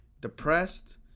depressed